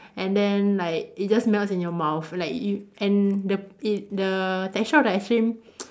and then like it just melts in your mouth like you and the it the texture of the ice cream